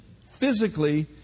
physically